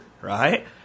right